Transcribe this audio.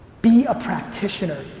be a practitioner.